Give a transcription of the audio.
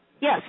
Yes